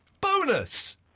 Bonus